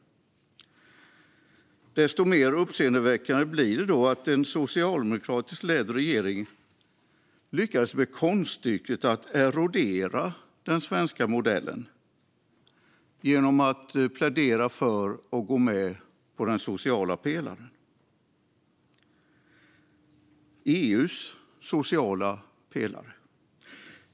Desto mer uppseendeväckande blir det då att en socialdemokratiskt ledd regering lyckades med konststycket att erodera den svenska modellen genom att plädera för och gå med i EU:s sociala pelare.